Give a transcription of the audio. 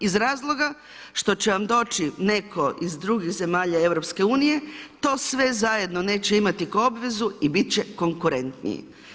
Iz razloga što će vam doći netko iz drugih zemalja EU, to sve zajedno neće imati kao obvezu i biti će konkurentniji.